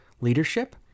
leadership